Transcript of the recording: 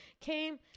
came